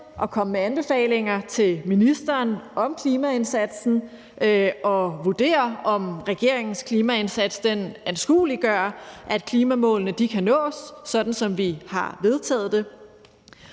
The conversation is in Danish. at komme med anbefalinger til ministeren om klimaindsatsen og vurdere, om regeringens klimaindsats anskueliggør, at klimamålene kan nås, sådan som vi har vedtaget det.